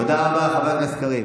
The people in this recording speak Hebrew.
תודה רבה, חבר הכנסת קריב.